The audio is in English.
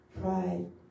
pride